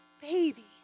baby